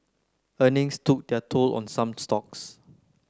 earnings took their toll on some stocks